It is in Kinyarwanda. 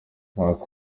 mark